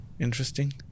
Interesting